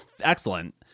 Excellent